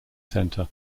center